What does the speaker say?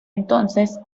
entonces